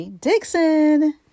Dixon